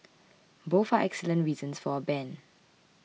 both are excellent reasons for a ban